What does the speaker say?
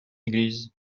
église